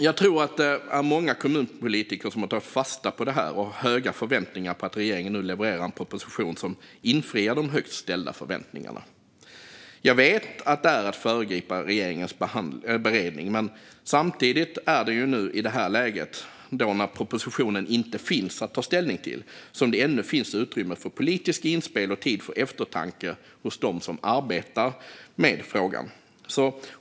Jag tror att det är många kommunpolitiker som har tagit fasta på detta och har höga förväntningar på att regeringen nu levererar en proposition som infriar de högt ställda förväntningarna. Jag vet att det är att föregripa regeringens beredning, men samtidigt är det i detta läge, då någon proposition ännu inte finns att ta ställning till, som det ännu finns utrymme för politiska inspel och tid för eftertanke hos dem som arbetar med frågan.